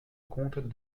compte